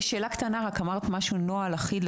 דיברת על נוהל אחיד,